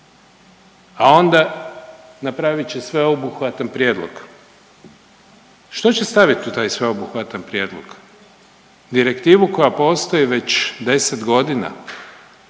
A onda napravit će sveobuhvatan prijedlog. Što će stavit u taj sveobuhvatan prijedlog? Direktivu koja postoji već 10 godina?